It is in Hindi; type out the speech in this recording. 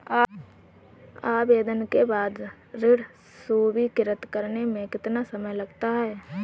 आवेदन के बाद ऋण स्वीकृत करने में कितना समय लगता है?